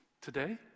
today